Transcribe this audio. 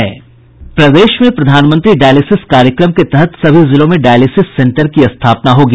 प्रदेश में प्रधानमंत्री डायलिसिस कार्यक्रम के तहत सभी जिलों में डायलिसिस सेंटर की स्थापना होगी